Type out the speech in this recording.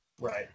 Right